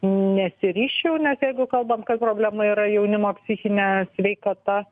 nesiryžčiau nes jeigu kalbam kad problema yra jaunimo psichinė sveikata